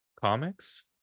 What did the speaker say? Comics